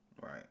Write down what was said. Right